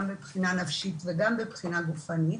גם מבחינה נפשית וגם מבחינה גופנית.